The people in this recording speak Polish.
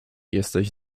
jesteś